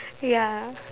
ya